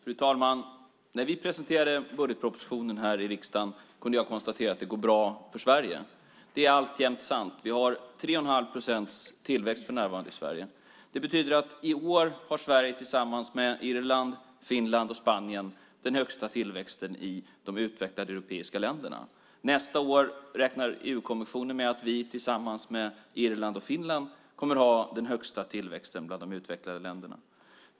Fru talman! När vi presenterade budgetpropositionen här i riksdagen kunde jag konstatera att det går bra för Sverige. Det är alltjämt sant. Vi har 3,5 procents tillväxt för närvarande. Det betyder att i år har Sverige tillsammans med Irland, Finland och Spanien den högsta tillväxten i de utvecklade europeiska länderna. Nästa år räknar EU-kommissionen med att vi tillsammans med Irland och Finland kommer att ha den högsta tillväxten bland de utvecklade länderna.